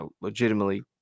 legitimately